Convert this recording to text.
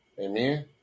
Amen